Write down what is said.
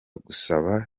gusaba